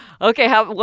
Okay